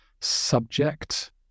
subject